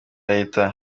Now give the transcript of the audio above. leta